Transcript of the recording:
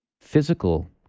physical